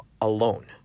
alone